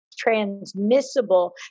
Transmissible